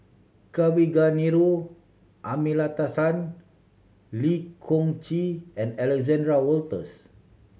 Kavignareru Amallathasan Lee Choon Kee and Alexander Wolters